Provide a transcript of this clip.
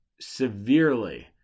severely